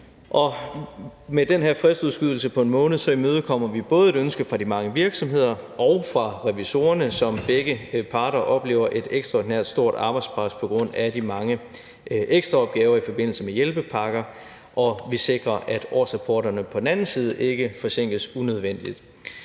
med den her fristudskydelse på 1 måned imødekommer vi både et ønske fra de mange virksomheder og fra revisorerne, som er de to parter, der oplever et ekstraordinært stort arbejdspres på grund af de mange ekstraopgaver i forbindelse med hjælpepakker, og vi sikrer, at årsrapporterne på den anden side ikke forsinkes unødvendigt.